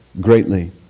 greatly